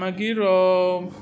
मागीर